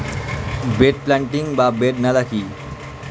Bed planting বা bed নালা কি?